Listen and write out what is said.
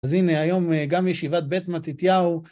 אז הנה היום גם ישיבת בית מתתיהו